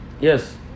Yes